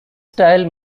style